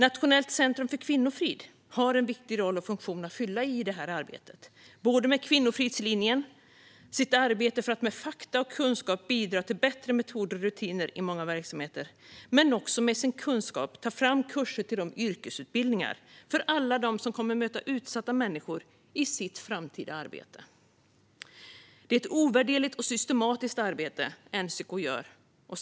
Nationellt centrum för kvinnofrid har en viktig roll och funktion i det här arbetet, med både Kvinnofridslinjen och sitt arbete för att med fakta och kunskap bidra till bättre metoder och rutiner i många verksamheter och med sin kunskap ta fram kurser till yrkesutbildningar för alla dem som kommer att möta utsatta människor i sitt framtida arbete. Det är ett ovärderligt och systematiskt arbete NCK gör.